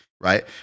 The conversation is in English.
right